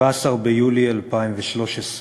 17 ביולי 2013,